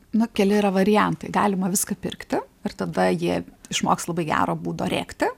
nu keli yra variantai galima viską pirkti ir tada jie išmoks labai gero būdo rėkti